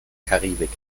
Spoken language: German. karibik